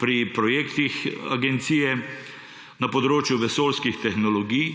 pri projektih agencije na področju vesoljskih tehnologij,